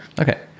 Okay